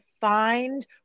find